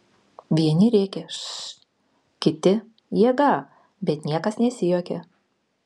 vieni rėkė š kiti jėga bet niekas nesijuokė